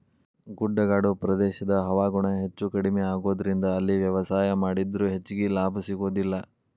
ಗುಡ್ಡಗಾಡು ಪ್ರದೇಶದ ಹವಾಗುಣ ಹೆಚ್ಚುಕಡಿಮಿ ಆಗೋದರಿಂದ ಅಲ್ಲಿ ವ್ಯವಸಾಯ ಮಾಡಿದ್ರು ಹೆಚ್ಚಗಿ ಲಾಭ ಸಿಗೋದಿಲ್ಲ